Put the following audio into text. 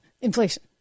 Inflation